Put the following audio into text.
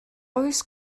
oes